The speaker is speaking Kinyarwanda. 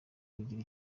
kugira